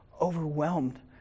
Overwhelmed